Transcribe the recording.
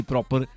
Proper